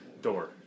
door